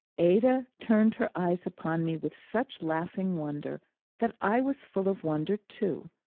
ada turned her eyes upon me with such laughing wonder that i was full of wonder too,